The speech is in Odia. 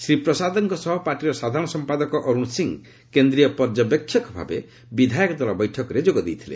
ଶ୍ରୀ ପ୍ରସାଦଙ୍କ ସହ ପାର୍ଟିର ସାଧାରଣ ସମ୍ପାଦକ ଅରୁଣ ସିଂହ କେନ୍ଦ୍ରୀୟ ପର୍ଯ୍ୟବେକ୍ଷକ ଭାବେ ବିଧାୟକ ଦଳ ବୈଠକରେ ଯୋଗ ଦେଇଥିଲେ